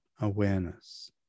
awareness